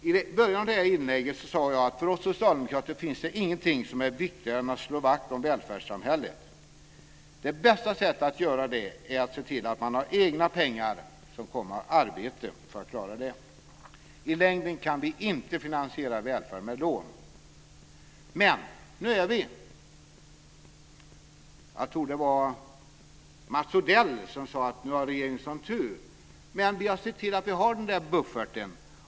I början av det här inlägget sade jag att för oss socialdemokrater finns det ingenting som är viktigare än att slå vakt om välfärdssamhället. Det bästa sättet att klara det är att se till att man har egna pengar som kommer av arbete. I längden kan vi inte finansiera välfärd med lån. Jag tror att det var Mats Odell som talade om att regeringen nu har en sådan tur. Men vi har sett till att vi har den där bufferten.